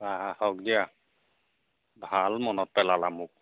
বা হওক দিয়া ভাল মনত পেলালা মোক